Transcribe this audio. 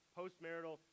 postmarital